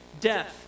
death